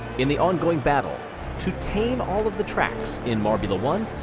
in the ongoing battle to tame all of the tracks in marbula one,